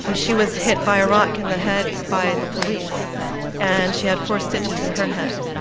um she was hit by a rock in the head by the police and she had four stitches in her head.